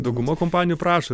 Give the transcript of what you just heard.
dauguma kompanijų prašo